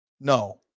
No